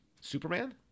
Superman